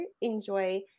enjoy